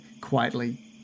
quietly